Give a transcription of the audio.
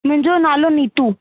मुंहिंजो नालो नीतू